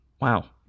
wow